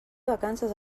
vacances